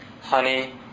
Honey